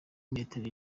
metero